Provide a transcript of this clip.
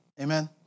Amen